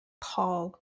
Paul